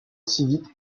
civique